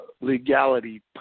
legality